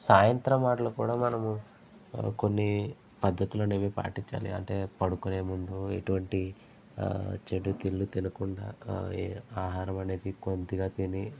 సాయంత్రం వాట్లకు కూడా మనము కొన్ని పద్ధతులనేవి పాటించాలి అంటే పడుకునే ముందు ఎటువంటి చెడు తిండ్లు తినకుండా ఆహారం అనేది కొద్దిగా తిని